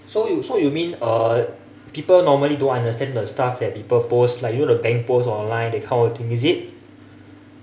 so so you mean uh people normally don't understand the stuff that people post like you know the bank post online that kind of thing is it